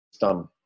done